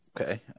Okay